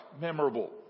memorable